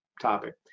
topic